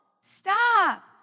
Stop